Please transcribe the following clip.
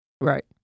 Right